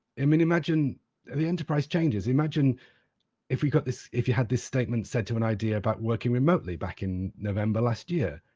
i mean imagine the enterprise changes. imagine if we got if you had this statement said to an idea about working remotely back in november last year.